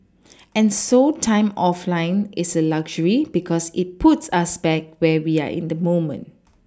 and so time offline is a luxury because it puts us back where we are in the moment